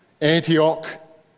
Antioch